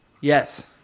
Yes